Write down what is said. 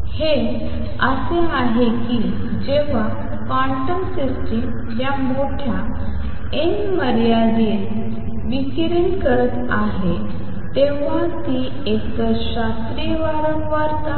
तर हे असे आहे की जेव्हा क्वांटम सिस्टम या मोठ्या n मर्यादेत विकिरण करत आहे तेव्हा ती एकतर शास्त्रीय वारंवारता